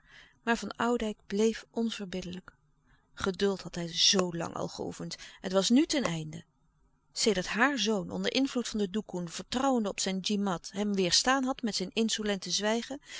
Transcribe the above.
maar van oudijck bleef onverbiddelijk geduld had hij zoo lang al geoefend het was nu ten einde sedert haar zoon onder invloed van de doekoen vertrouwende louis couperus de stille kracht op zijn djimat hem weêrstaan had met zijn insolente zwijgen